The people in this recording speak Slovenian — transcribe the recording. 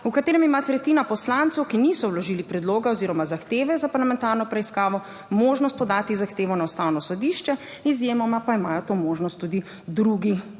v katerem ima tretjina poslancev, ki niso vložili predloga oziroma zahteve za parlamentarno preiskavo, možnost podati zahtevo na ustavno sodišče, izjemoma pa imajo to možnost tudi drugi neodvisni